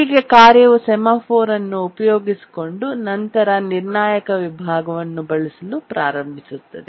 ಹೀಗೆ ಕಾರ್ಯವು ಸೆಮಾಫೋರ್ ಅನ್ನು ಉಪಯೋಗಿಸಿಕೊಂಡು ನಂತರ ನಿರ್ಣಾಯಕ ವಿಭಾಗವನ್ನು ಬಳಸಲು ಪ್ರಾರಂಭಿಸುತ್ತದೆ